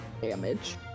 damage